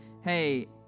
hey